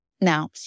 Now